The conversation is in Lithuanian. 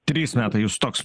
trys metai jūs toks